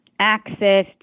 Access